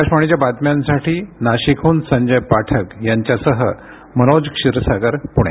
आकाशवाणी बातम्यांसाठी नाशिकहून संजय पाठक यांच्यासह मनोज क्षीरसागर पुणे